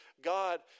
God